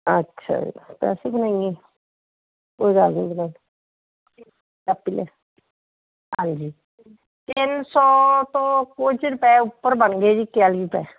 ਅੱਛਾ ਜੀ ਪੈਸੇ ਬਣਾਈਏ ਕੋਈ ਗੱਲ ਨਹੀਂ ਬਣਾਉਣੇ ਕਾਪੀ ਲਿਆ ਹਾਂਜੀ ਤਿੰਨ ਸੌ ਤੋਂ ਕੁੱਝ ਰੁਪਏ ਉੱਪਰ ਬਣਗੇ ਜੀ ਇਕਤਾਲੀ ਰੁਪਏ